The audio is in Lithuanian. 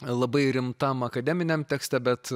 labai rimtam akademiniam tekste bet